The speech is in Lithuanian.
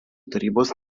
tarybos